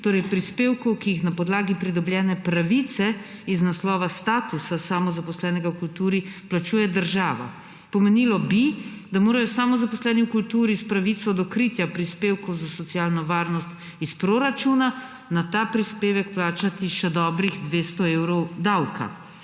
torej prispevkov, ki jih na podlagi pridobljene pravice iz naslova statusa samozaposlenega v kulturi plačuje država. Pomenilo bi, da morajo samozaposleni v kulturi s pravico do kritja prispevkov za socialno varnost iz proračuna na ta prispevek plačati še dobrih 200 evrov davka.